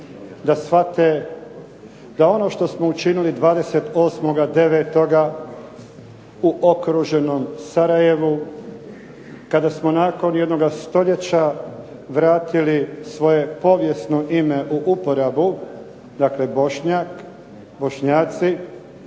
da shvate da ono što smo učinili 28.9. u okruženom Sarajevu kada smo nakon jednoga stoljeća vratili svoje povijesno ime u uporabu, dakle Bošnjak, Bošnjaci,